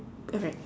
alright